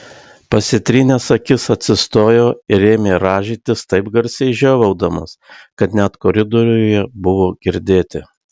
pasitrynęs akis atsistojo ir ėmė rąžytis taip garsiai žiovaudamas kad net koridoriuje buvo girdėti